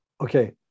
okay